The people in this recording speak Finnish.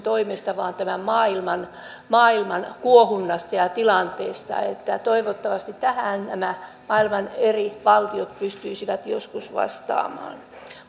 toimista vaan tämän maailman kuohunnasta ja tilanteesta toivottavasti tähän nämä maailman eri valtiot pystyisivät joskus vastaamaan